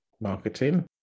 marketing